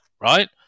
right